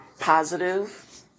positive